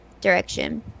direction